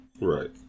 Right